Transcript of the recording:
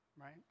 right